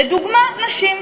לדוגמה נשים.